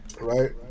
Right